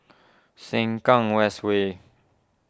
Sengkang West Way